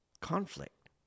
conflict